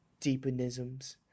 deepenisms